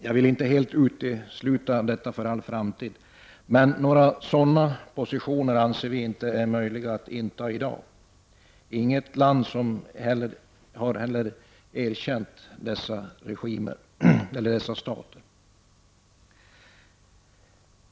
Jag vill inte för all framtid helt utesluta detta, men vi anser att några sådana positioner inte är möjliga att inta i dag. Inget annat land har heller erkänt dessa stater.